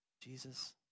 Jesus